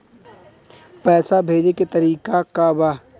पैसा भेजे के तरीका का बा?